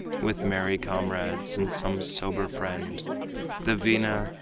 with merry comrades and some sober friend the vina,